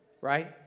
right